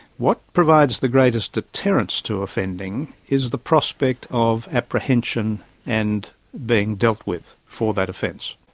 what provides the greatest deterrents to offending is the prospect of apprehension and being dealt with for that offence.